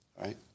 right